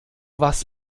was